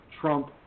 Trump